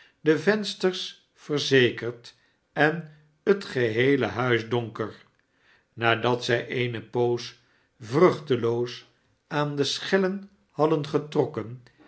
de vensters verzekerd en het geheele huis donker nadat zij eene poos vruch teloos aan de schellen hadden getrokken